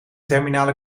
terminale